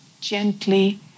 gently